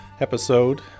episode